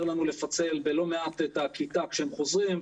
לנו לפצל בלא מעט את הכיתה כשהם חוזרים,